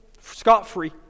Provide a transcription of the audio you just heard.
scot-free